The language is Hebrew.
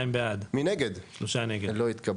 הצבעה בעד, 2 נגד, 3 נמנעים, 0 הרביזיה לא התקבלה.